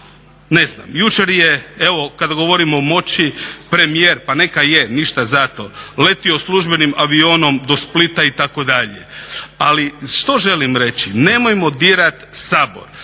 Ne znam jučer je kada govorimo o moći premijer, pa neka je ništa zato, letio službenim avionom do Splita itd. Ali što želim reći nemojmo dirati Sabor,